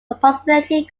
approximately